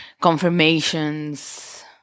confirmations